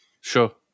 sure